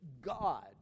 God